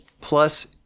plus